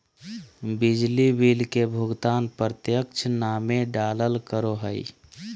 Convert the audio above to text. बिजली बिल के भुगतान प्रत्यक्ष नामे डालाल करो हिय